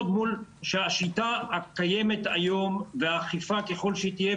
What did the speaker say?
שהשיטה הקיימת היום והאכיפה ככל שהיא תהיה,